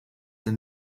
der